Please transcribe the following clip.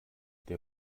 der